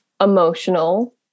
emotional